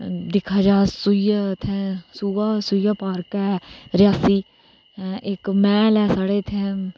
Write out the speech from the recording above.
दिक्खा जा इत्थै सुल्ला पार्क ऐ रियासी इक मैहल ऐ साढ़े इत्थै